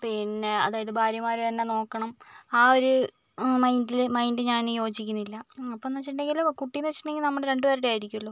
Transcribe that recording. പിന്നെ അതായത് ഭാര്യമാർ തന്നെ നോക്കണം ആ ഒരു മൈൻഡിൽ മൈൻഡ് ഞാൻ യോജിക്കുന്നില്ല അപ്പോഴെന്ന് വെച്ചിട്ടുണ്ടെങ്കിൽ കുട്ടീനെ വെച്ചിട്ടുണ്ടെങ്കിൽ നമ്മുടെ രണ്ടു പേരുടെയും ആയിരിക്കലോ